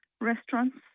restaurants